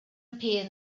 appeared